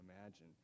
imagine